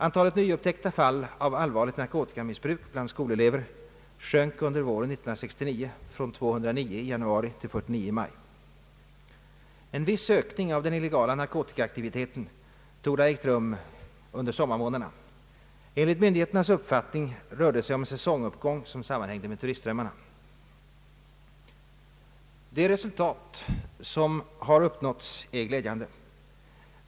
Antalet nyupptäckta fall av allvarligt narkotikamissbruk bland skolelever sjönk under våren 1969 från 209 i januari till 49 i maj. En viss ökning av den illegala narkotikaaktiviteten torde ha ägt rum un der sommarmånaderna. Enligt myndigheternas uppfattning rörde det sig om en säsonguppgång som sammanhängde med turistströmmarna. De resultat som har uppnåtts är glädjande.